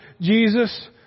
Jesus